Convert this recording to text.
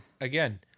Again